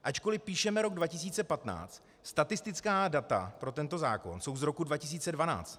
Ačkoliv píšeme rok 2015, statistická data pro tento zákon jsou z roku 2012.